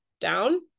down